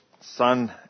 son